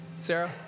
Sarah